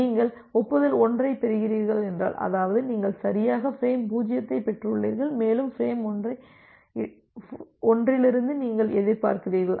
நீங்கள் ஒப்புதல் 1 பெறுகிறீர்கள் என்றால் அதாவது நீங்கள் சரியாக ஃபிரேம் 0 ஐப் பெற்றுள்ளீர்கள் மேலும் ஃபிரேம் 1 இலிருந்து நீங்கள் எதிர்பார்க்கிறீர்கள்